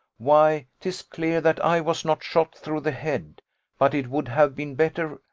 why, tis clear that i was not shot through the head but it would have been better,